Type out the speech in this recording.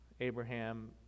Abraham